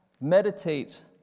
Meditate